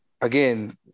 again